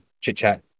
chit-chat